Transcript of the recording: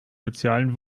sozialen